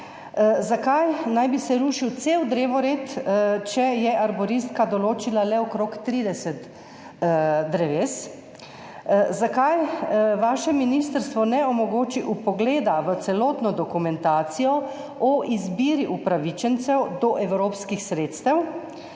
Zakaj naj bi se rušil cel drevored, če je arboristka določila le okrog 30 dreves? Zakaj vaše ministrstvo ne omogoči vpogleda v celotno dokumentacijo o izbiri upravičencev do evropskih sredstev